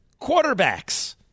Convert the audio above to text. quarterbacks